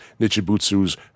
Nichibutsu's